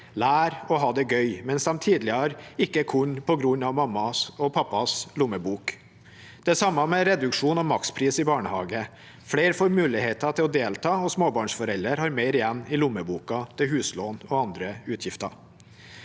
lære og ha det gøy. Tidligere kunne de ikke det på grunn av mamma og pappas lommebok. Det samme gjelder reduksjon av makspris i barnehage: Flere får muligheten til å delta, og småbarnsforeldre har mer igjen i lommeboka til huslån og andre utgifter.